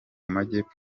majyepfo